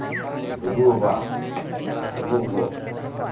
ᱞᱩᱜᱩ ᱵᱟᱵᱟ ᱥᱮ ᱞᱩᱜᱩ ᱜᱚᱜᱚ